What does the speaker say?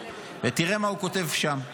ותראה מה הוא כותב שם: